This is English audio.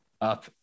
up